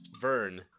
Vern